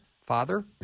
Father